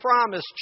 promise